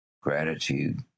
gratitude